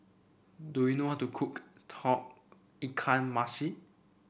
do you know how to cook Tauge Ikan Masin